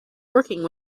working